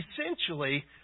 essentially